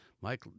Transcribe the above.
Mike